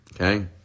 okay